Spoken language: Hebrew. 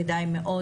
כדאי מאוד,